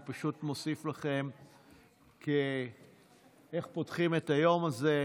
אני פשוט מוסיף לכם איך פותחים את היום הזה,